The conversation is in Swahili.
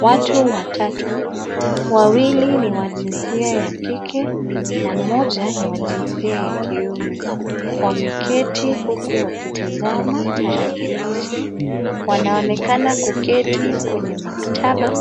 Watu watatu wawili ni wa jinsia ya kike na mmoja ni wa jinsia ya kiume, wameketi huku wakitazama tarakilishi. Wanaonekana kuketi kwenye maktaba